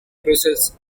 brussels